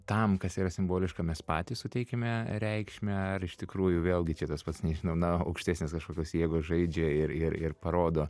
tam kas yra simboliška mes patys suteikiame reikšmę ar iš tikrųjų vėlgi tas pats nežinau na aukštesnės kažkokios jėgos žaidžia ir ir parodo